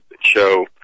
show